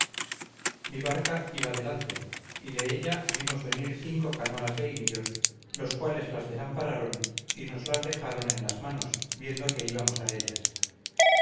mi barca iba delante y de ella vimos venir cinco canoas de indios los cuales las desampararon y nos las dejaron en las manos viendo que íbamos a ellas